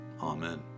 Amen